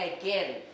again